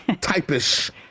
type-ish